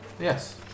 Yes